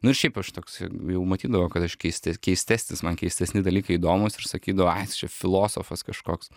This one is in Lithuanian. nu ir šiaip aš toks jau matydavo kad aš keiste keistesnis man keistesni dalykai įdomūs ir sakydavo ai tai čia filosofas kažkoks